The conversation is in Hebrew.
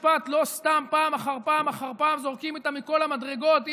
לא סתם בתי המשפט זורקים אותם מכל המדרגות פעם אחר פעם אחר פעם.